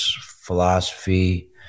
Philosophy